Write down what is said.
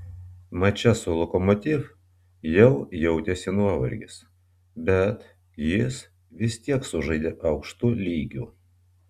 mače su lokomotiv jau jautėsi nuovargis bet jis vis tiek sužaidė aukštu lygiu